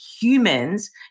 Humans